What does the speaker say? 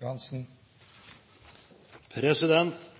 Norge er